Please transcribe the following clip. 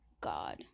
God